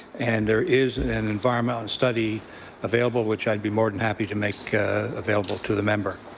and there is an environmental study available which i'd be more than happy to make available to the member.